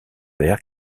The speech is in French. vert